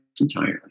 entirely